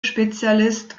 spezialist